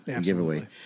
giveaway